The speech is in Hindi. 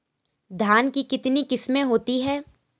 धान की कितनी किस्में होती हैं?